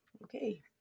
Okay